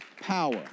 power